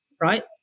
right